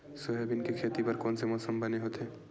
Soybean के खेती बर कोन से मौसम बने होथे?